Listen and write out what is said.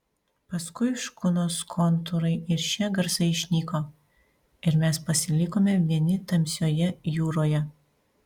paskui škunos kontūrai ir šie garsai išnyko ir mes pasilikome vieni tamsioje jūroje